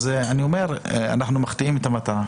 אני אומר שאנחנו מחטיאים את המטרה.